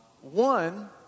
One